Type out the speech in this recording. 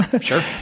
sure